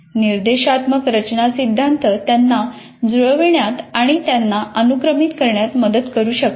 निर्देशात्मक रचना सिद्धांत त्यांना जुळविण्यात आणि त्यांना अनुक्रमित करण्यात मदत करू शकतात